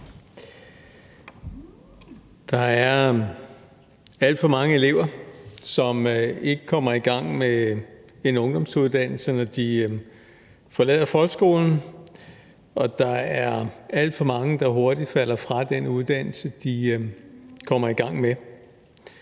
Der er alt for mange elever, som ikke kommer i gang med en ungdomsuddannelse, når de forlader folkeskolen, og der er alt for mange, der hurtigt falder fra den uddannelse, de kommer i gang med.